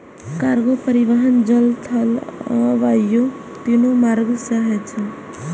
cargo परिवहन जल, थल आ वायु, तीनू मार्ग सं होय छै